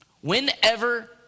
Whenever